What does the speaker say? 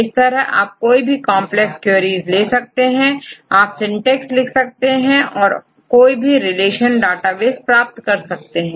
इस तरह आप कोई भी कांप्लेक्स queries ले सकते हैं आप syntexलिख सकते हैं और कोई भी रिलेशन डाटाबेस प्राप्त कर सकते हैं